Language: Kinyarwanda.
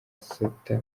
sata